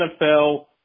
nfl